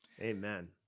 Amen